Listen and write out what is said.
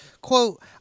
quote